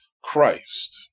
Christ